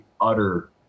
utter